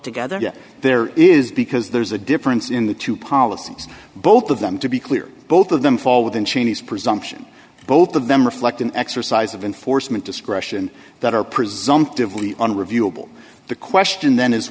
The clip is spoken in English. together there is because there's a difference in the two policies both of them to be clear both of them fall within cheney's presumption both of them reflect an exercise of enforcement discretion that are presumptively unreviewable the question then is